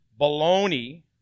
baloney